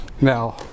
Now